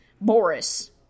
Boris